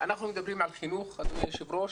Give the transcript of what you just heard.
אנחנו מדברים על חינוך, אדוני היושב-ראש.